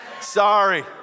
Sorry